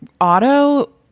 Auto